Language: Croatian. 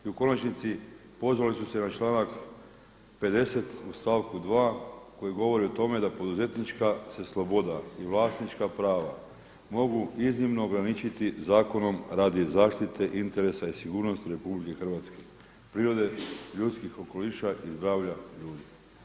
I u konačnici pozvali su se na članak 50. u stavku 2. koji govori o tome da poduzetnička se sloboda i vlasnička prava mogu iznimno ograničiti zakonom radi zaštite interesa i sigurnosti RH, prirode, ljudskih okoliša i zdravlja ljudi.